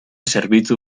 zerbitzu